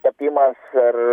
tapimas per